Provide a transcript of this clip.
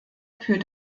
für